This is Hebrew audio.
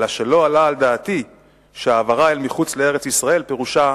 אלא שלא עלה על דעתי שהעברה אל מחוץ לארץ-ישראל פירושה